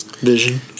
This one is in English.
Vision